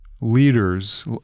leaders